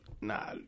Nah